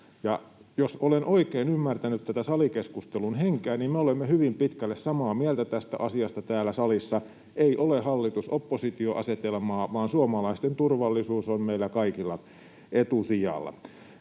jos olen oikein ymmärtänyt tätä salikeskustelun henkeä, niin me olemme hyvin pitkälle samaa mieltä tästä asiasta täällä salissa: ei ole hallitus—oppositio-asetelmaa, vaan suomalaisten turvallisuus on meillä kaikilla etusijalla.